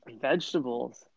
Vegetables